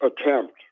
attempt